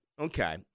Okay